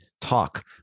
talk